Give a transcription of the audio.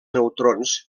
neutrons